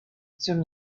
zum